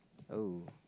oh